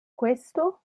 questo